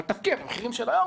אבל תפקיע במחירים של היום,